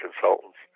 consultants